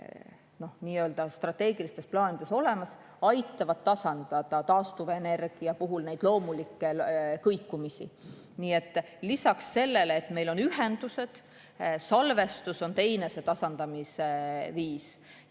on meil strateegilistes plaanides olemas, aitavad tasandada taastuvenergia puhul loomulikke kõikumisi. Nii et lisaks sellele, et meil on ühendused, on salvestus teine tasandamise viis.